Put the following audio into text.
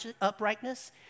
uprightness